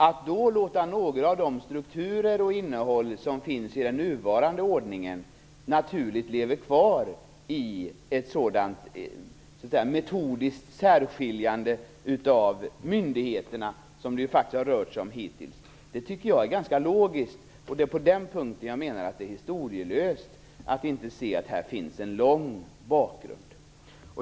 Att då låta några av de strukturer och det innehåll som finns i den nuvarande ordningen naturligt leva kvar i ett sådant metodiskt särskiljande av myndigheterna som det faktiskt har rört sig om hittills, tycker jag är ganska logiskt. Det är på den punkten jag menar att det är historielöst att inte se att här finns en lång bakgrund.